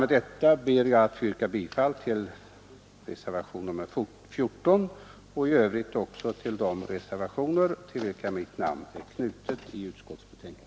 Med detta ber jag att få yrka bifall till reservationen 14 och i övrigt till de reservationer i utskottsbetänkandet till vilka mitt namn är knutet.